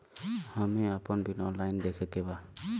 हमे आपन bill online देखे के बा?